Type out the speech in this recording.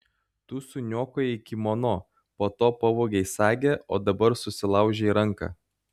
tu suniokojai kimono po to pavogei sagę o dabar susilaužei ranką